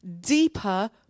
deeper